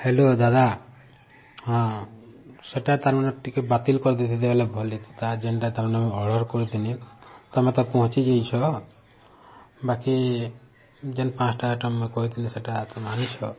hello ଦାଦା ହଁ ସେଇଟା ତାର୍ ମାନେ ଟିକେ ବାତିଲ୍ କରି ଭଲ୍ ହେଇଥାନ୍ତା ଯେନ୍ତା ତାର୍ ମାନେ ଅର୍ଡ଼ର୍ କରିଥିଲି ତମେ ତ ପହଞ୍ଚି ଯାଇଛ ବାକି ଯେନ୍ ପାଞ୍ଚ ଟା ଆଇଟମ୍ କହିଥିଲି ସେଇଟା ତମେ ଆନିଛ